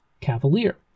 cavalier